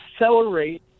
accelerate